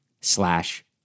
slash